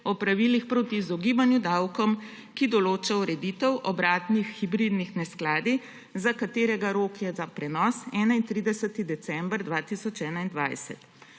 o pravilih proti izogibanju davkom, ki določa ureditev obratnih hibridnih neskladij, za katere je rok za prenos 31. december 2021.